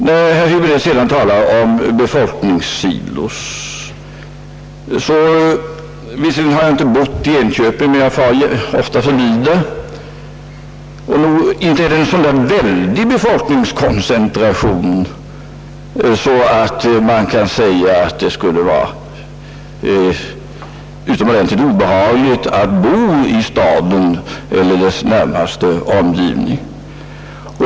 Herr Häbinette talar om människosilos, Jag har visserligen inte bott i Enköping, men jag far ofta förbi staden. Jag kan inte finna att befolkningskoncentrationen där är så väldig att man kan säga att det skulle vara obehagligt att bo i Enköping eller dess närmaste omgivningar.